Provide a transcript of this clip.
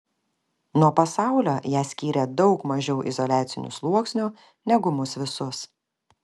nuo pasaulio ją skyrė daug mažiau izoliacinių sluoksnių negu mus visus